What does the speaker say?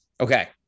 Okay